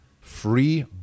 free